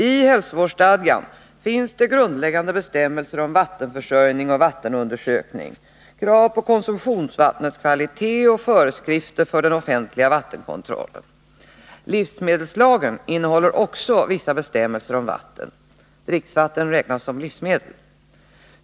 I hälsovårdsstadgan finns grundläggande bestämmelser om vattenförsörjning och vattenundersökning, krav på konsumtionsvattnets kvalitet och föreskrifter för den offentliga vattenkontrollen. Livsmedelslagen innehåller också vissa bestämmelser om vatten. Dricksvatten räknas som livsmedel.